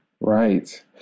Right